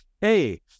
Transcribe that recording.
hey